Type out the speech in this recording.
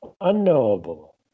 unknowable